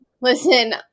Listen